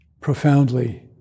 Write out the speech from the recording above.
profoundly